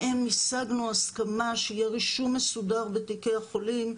מהם השגנו הסכמה שיהיה רישום מסודר בתיקי החולים,